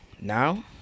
Now